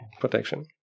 protection